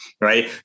right